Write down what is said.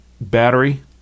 battery